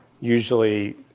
usually